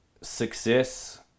success